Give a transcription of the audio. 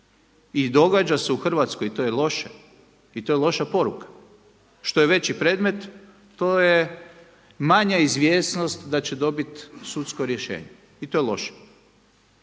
I događa se u Hrvatskoj i to je loše. I to je loša poruka. Što je veći predmet to je manje izvjesnost da će dobiti sudsko rješenje. I to je loše.